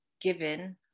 given